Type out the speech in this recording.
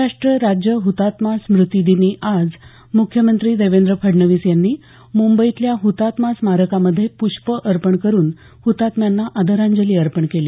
महाराष्ट्र राज्य हुतात्मा स्मृति दिनी आज मुख्यमंत्री देवेंद्र फडणवीस यांनी मुंबईतल्या हृतात्मा स्मारकामध्ये पूष्पं अर्पण करून हृतात्म्यांना आदरांजली अर्पण केली